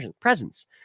presence